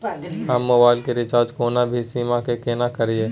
हम मोबाइल के रिचार्ज कोनो भी सीम के केना करिए?